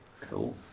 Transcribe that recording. Cool